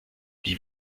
die